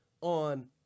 on